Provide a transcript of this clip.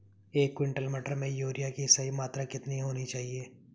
एक क्विंटल मटर में यूरिया की सही मात्रा कितनी होनी चाहिए?